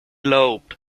lobed